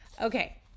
okay